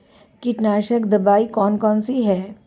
कीटनाशक दवाई कौन कौन सी हैं?